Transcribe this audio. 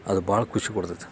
ಅದು ಭಾಳ ಖುಷಿ ಕೊಡ್ತೈತೆ